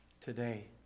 today